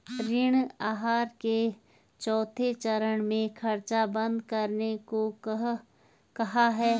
ऋण आहार के चौथे चरण में खर्च बंद करने को कहा है